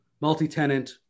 multi-tenant